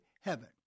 heaven